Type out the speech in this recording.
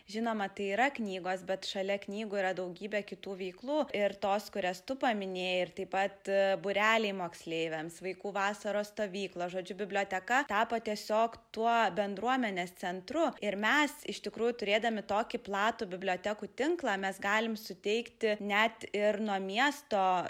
žinoma tai yra knygos bet šalia knygų yra daugybė kitų veiklų ir tos kurias tu paminėjai ir taip pat būreliai moksleiviams vaikų vasaros stovyklos žodžiu biblioteka tapo tiesiog tuo bendruomenės centru ir mes iš tikrųjų turėdami tokį platų bibliotekų tinklą mes galim suteikti net ir nuo miesto